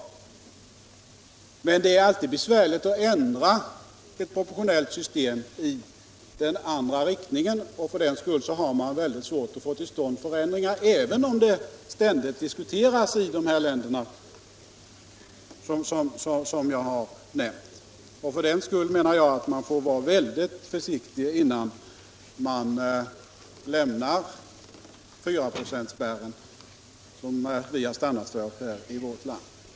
Emellertid är det alltid besvärligt att ändra ett proportionellt system i den andra riktningen, och för den skull har man väldigt svårt att få till stånd förändringar, även om sådana ständigt diskuteras i de här länderna som jag har nämnt. Därför menar jag att vi får vara mycket försiktiga innan vi lämnar fyraprocentsspärren, som vi har stannat för i vårt land.